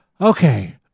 okay